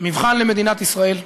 למדינת ישראל: